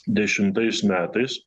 dešimtais metais